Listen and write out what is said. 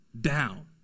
down